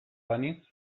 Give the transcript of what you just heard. banintz